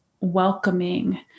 welcoming